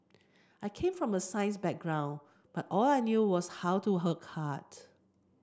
I came from a science background and all I knew was how to card